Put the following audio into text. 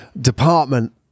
department